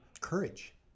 courage